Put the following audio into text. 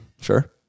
Sure